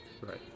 Right